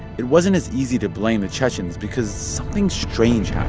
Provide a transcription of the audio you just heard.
it wasn't as easy to blame the chechens because something strange ah